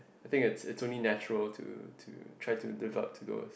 I think it's it's only natural to to try to live up to those